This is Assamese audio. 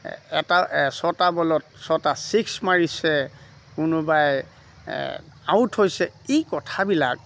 এটা ছটা বলত ছটা ছিক্স মাৰিছে কোনোবাই আউট হৈছে ই কথাবিলাক